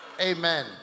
Amen